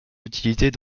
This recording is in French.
utilisées